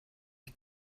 ich